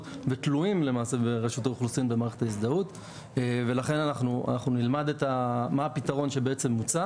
ותלויים למעשה במערכת ההזדהות ולכן אנחנו נלמד מה הפתרון שבעצם מוצע